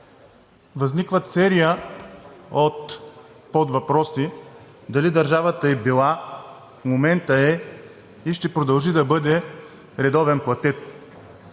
Възникват серия от подвъпроси: дали държавата е била, в момента е и ще продължи да бъде редовен платец?